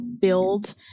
build